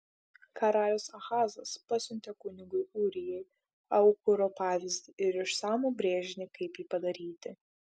karalius ahazas pasiuntė kunigui ūrijai aukuro pavyzdį ir išsamų brėžinį kaip jį padaryti